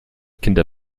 kinder